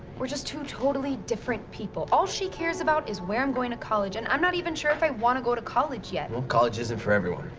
we're just two totally different people. all she cares about is where i'm going to college. and i'm not even sure if i want to go to college yet. well, college isn't for everyone.